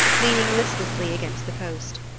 leaning listlessly against the post.